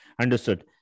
Understood